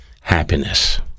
happiness